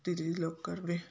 DigiLocker में